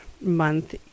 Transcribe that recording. Month